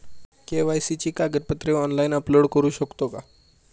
KYC ची कागदपत्रे online upload करू शकतो का?